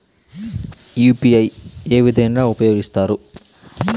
UPI ఏ విధంగా ఉపయోగిస్తారు?